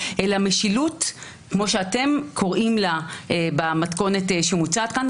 אלא משילות כמו שאתם קוראים לה במתכונת שמוצעת כאן,